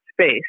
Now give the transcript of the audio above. space